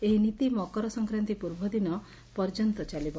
ଏହି ନୀତି ମକର ସଂକ୍ରାନ୍ତି ପୂର୍ବଦିନ ପର୍ଯ୍ୟନ୍ତ ଚାଲିବ